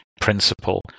principle